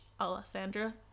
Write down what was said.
Alessandra